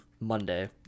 monday